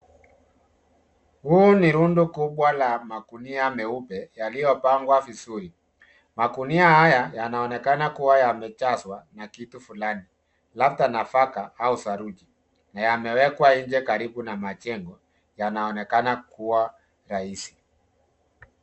Huu ni rundo kubwa la magunia meupe yaliopangwa vizuri magunia haya yanaonekana kuwa yamejazwa kitu fulani labda nafaka au saruji na yamewekwa nje karibu na majengo yanonekana kua rahisi.